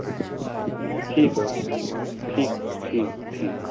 آ ٹھیٖک حظ ٹھیٖک ٹھیٖک ٹھیٖک